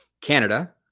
Canada